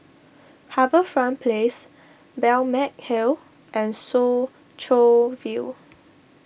HarbourFront Place Balmeg Hill and Soo Chow View